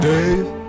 Dave